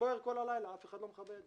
ובוער כל הלילה אף אחד לא מכבה את זה.